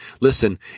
Listen